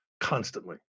constantly